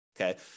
okay